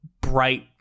bright